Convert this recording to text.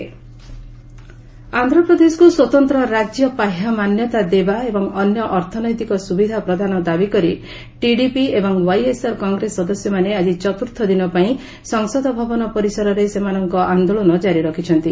TDP protests ଆନ୍ଧ୍ରପ୍ରଦେଶକୃ ସ୍ୱତନ୍ତ୍ର ରାଜ୍ୟ ପାହ୍ୟା ମାନ୍ୟତା ଦେବା ଏବଂ ଅନ୍ୟ ଅର୍ଥନୈତିକ ସ୍ୱବିଧା ପ୍ରଦାନ ଦାବି କରି ଟିଡିପି ଏବଂ ୱାଇଏସ୍ଆର୍ କଂଗ୍ରେସ ସଦସ୍ୟମାନେ ଆଜି ଚତୁର୍ଥ ଦିନପାଇଁ ସଂସଦ ଭବନ ପରିସରରେ ସେମାନଙ୍କ ଆନ୍ଦୋଳନ କାରି ରଖିଛନ୍ତି